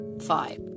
five